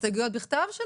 בכתב?